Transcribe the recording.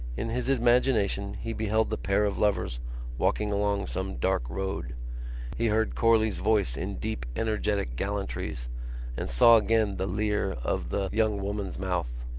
in his imagination he beheld the pair of lovers walking along some dark road he heard corley's voice in deep energetic gallantries and saw again the leer of the young woman's mouth.